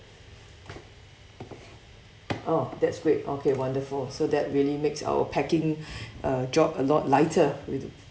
oh that's great okay wonderful so that really makes our packing uh job a lot lighter with